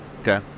Okay